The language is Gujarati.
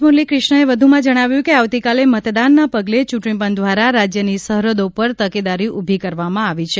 મુરલી ક્રિષ્નાએ વ્ધમાં જણાવ્યું કે આવતીકાલે મતદાનના પગલે ચૂંટણીપંચ દ્વારા રાજ્યની સરહદો પર તકેદારી ઉભી કરવામાં આવી છે